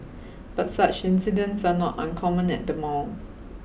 but such incidents are not uncommon at the mall